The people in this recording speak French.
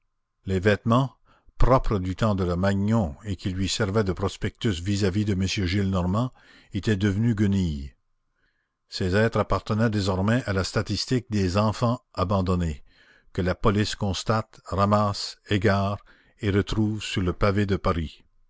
leurs vêtements propres du temps de la magnon et qui lui servaient de prospectus vis-à-vis de m gillenormand étaient devenus guenilles ces êtres appartenaient désormais à la statistique des enfants abandonnés que la police constate ramasse égare et retrouve sur le pavé de paris